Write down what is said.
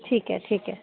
ठीक ऐ ठीक ऐ